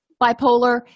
bipolar